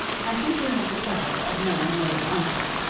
i think you have the pleasure of knowing lady ongar?